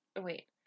wait